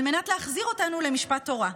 על מנת להחזיר אותנו למשפט תורה.